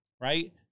right